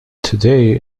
today